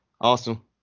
Awesome